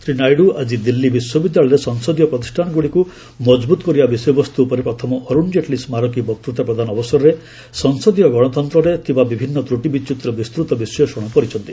ଶ୍ରୀ ନାଇଡୁ ଆଜି ଦିଲ୍ଲୀ ବିଶ୍ୱବିଦ୍ୟାଳୟରେ ସଂସଦୀୟ ପ୍ରତିଷ୍ଠାନଗୁଡ଼ିକୁ ମଜବୁତ କରିବା ବିଷୟବସ୍ତୁ ଉପରେ ପ୍ରଥମ ଅରୁଣ ଜେଟଲୀ ସ୍କାରକୀ ବକ୍ତୁତା ପ୍ରଦାନ ଅବସରରେ ସଂସଦୀୟ ଗଣତନ୍ତ୍ରରେ ଥିବା ବିଭିନ୍ନ ତ୍ରୁଟିବିଚ୍ୟୁତିର ବିସ୍ତୃତ ବିଶ୍ଳେଷଣ କରିଛନ୍ତି